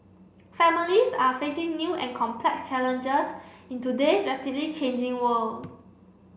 families are facing new and complex challenges in today's rapidly changing world